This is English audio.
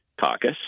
caucus